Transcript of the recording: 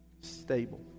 stable